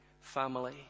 family